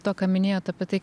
to ką minėjot apie tai